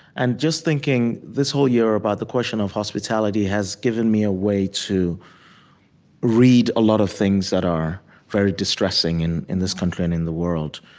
and just thinking this whole year about the question of hospitality has given me a way to read a lot of things that are very distressing, in in this country and in the world,